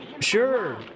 Sure